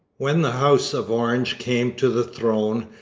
when the house of orange came to the throne,